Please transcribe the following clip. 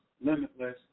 limitless